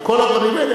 כל הדברים האלה,